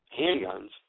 handguns